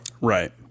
Right